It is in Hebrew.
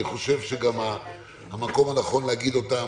אני חושב שהמקום הנכון להגיד אותם,